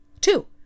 Two